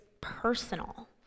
personal